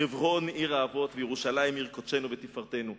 חברון עיר האבות וירושלים עיר קודשנו ותפארתנו.